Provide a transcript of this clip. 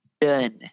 Done